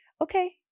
okay